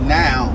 now